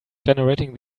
generating